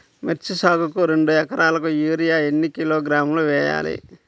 మిర్చి సాగుకు రెండు ఏకరాలకు యూరియా ఏన్ని కిలోగ్రాములు వేయాలి?